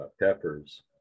peppers